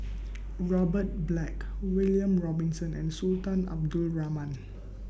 Robert Black William Robinson and Sultan Abdul Rahman